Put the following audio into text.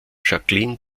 jacqueline